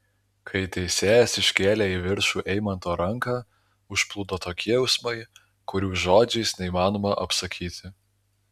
kai teisėjas iškėlė į viršų eimanto ranką užplūdo tokie jausmai kurių žodžiais neįmanoma apsakyti